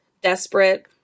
desperate